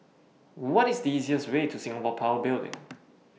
What IS The easiest Way to Singapore Power Building